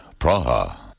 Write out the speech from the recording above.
Praha